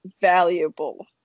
valuable